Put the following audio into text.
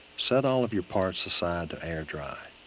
set all of your parts aside to air dry.